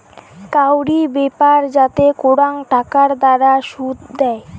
কাউরি ব্যাপার যাতে করাং টাকার দ্বারা শুধ দেয়